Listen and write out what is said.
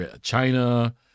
China